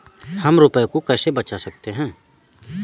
हम रुपये को कैसे बचा सकते हैं?